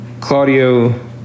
Claudio